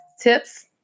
tips